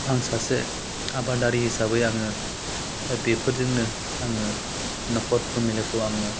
आं सासे आबादारि हिसाबै आङो दा बेफोरजोंनो आङो नखर पेमिलिखौ आङो